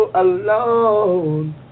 alone